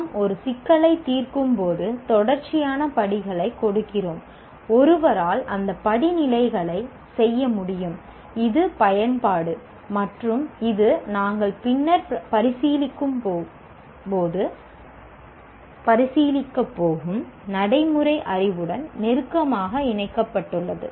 நாம் ஒரு சிக்கலைத் தீர்க்கும்போது தொடர்ச்சியான படிகளைக் கொடுக்கிறோம் ஒருவரால் அந்த படிநிலைகளை செய்ய முடியும் இது பயன்பாடு மற்றும் இது நாங்கள் பின்னர் பரிசீலிக்கப்போகும் நடைமுறை அறிவுடன் நெருக்கமாக இணைக்கப்பட்டுள்ளது